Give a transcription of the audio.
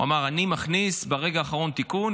הוא אמר: אני מכניס ברגע האחרון תיקון,